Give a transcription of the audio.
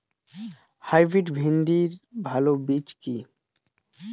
Hybrid ভিন্ডির ভালো বীজ কি?